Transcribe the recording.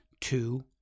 two